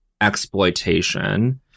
exploitation